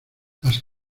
las